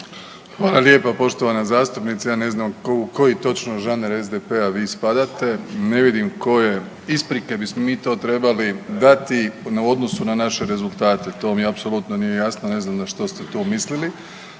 Hvala lijepa poštovana zastupnice. Ja ne znam u koji točno žanr SDP-a vi spadate, ne vidim koje isprike bismo mi to trebali dati u odnosu na naše rezultate. To mi apsolutno nije jasno, ne znam na što ste to mislili.